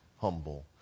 humble